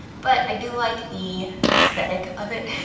but i do like the aesthetic of it.